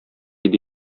иде